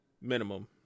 minimum